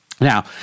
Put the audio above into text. Now